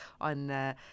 on